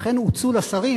ולכן הוצעו לשרים,